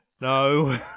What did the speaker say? No